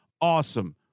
Awesome